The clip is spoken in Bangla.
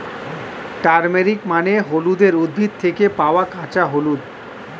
টারমেরিক মানে হলুদের উদ্ভিদ থেকে পাওয়া কাঁচা হলুদ